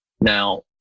Now